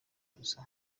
gusa